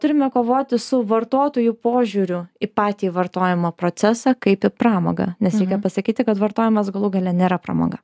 turime kovoti su vartotojų požiūriu į patį vartojimo procesą kaip į pramogą nes reikia pasakyti kad vartojimas galų gale nėra pramoga